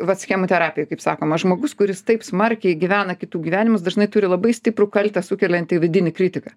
vat schemų terapijoj kaip sakoma žmogus kuris taip smarkiai gyvena kitų gyvenimus dažnai turi labai stiprų kaltę sukeliantį vidinį kritiką